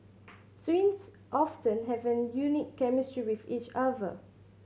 twins often have a unique chemistry with each other